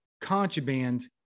contraband